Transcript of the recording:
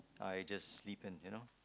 I just sleep in you know